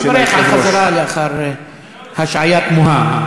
מברך על החזרה לאחר השעיה תמוהה,